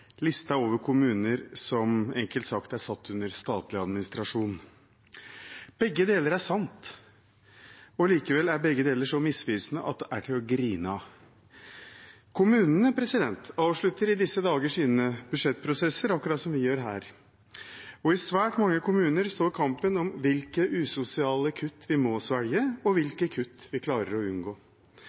lista over kommuner som, enkelt sagt, er satt under statlig administrasjon. Begge deler er sant, og likevel er begge deler så misvisende at det er til å grine av. Kommunene avslutter i disse dager sine budsjettprosesser, akkurat som vi gjør her, og i svært mange kommuner står kampen om hvilke usosiale kutt vi må svelge, og hvilke kutt vi klarer å unngå.